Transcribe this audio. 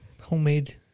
homemade